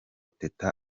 teta